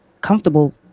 comfortable